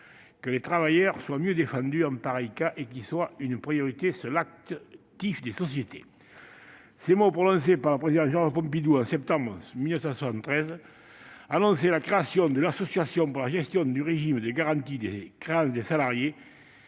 que les travailleurs soient mieux défendus en pareil cas et qu'ils soient une priorité sur l'actif des sociétés. » Ces mots, prononcés par le président Georges Pompidou en septembre 1973, annonçaient la création de l'Association pour la gestion du régime de garantie des créances des salariés